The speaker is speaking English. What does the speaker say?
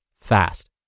fast